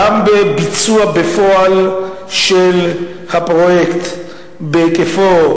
גם בביצוע בפועל של הפרויקט בהיקפו,